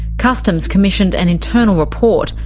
customs commissioned an internal report,